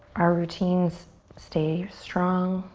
our routines stay strong.